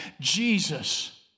Jesus